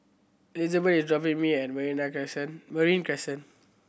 Elizabeth is dropping me at Crescent Marine Crescent